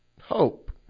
hope